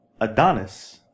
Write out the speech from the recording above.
Adonis